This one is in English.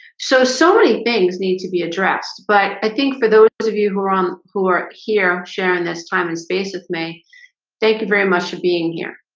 so so many things need to be addressed but i think for those those of you who are on who are here sharing this time and space with me thank you very much for being here.